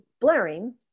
blaring